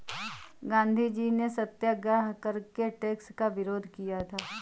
गांधीजी ने सत्याग्रह करके टैक्स का विरोध किया था